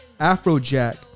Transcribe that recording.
Afrojack